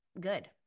good